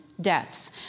deaths